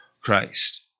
christ